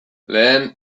lehen